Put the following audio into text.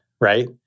right